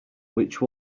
which